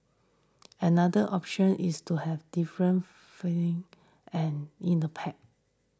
another option is to have different and in the pack